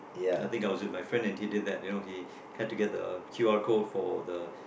I think I was with my friend and he did that you know he had to get the Q_R code for the